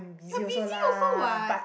you are busy also what